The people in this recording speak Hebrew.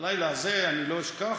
את הלילה הזה אני לא אשכח,